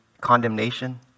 condemnation